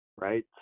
Right